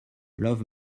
love